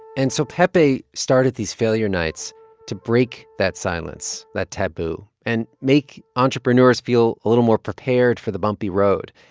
and so pepe started these failure nights to break that silence, that taboo, and make entrepreneurs feel a little more prepared for the bumpy road,